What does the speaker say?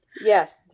Yes